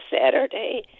Saturday